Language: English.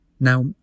Now